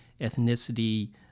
ethnicity